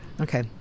Okay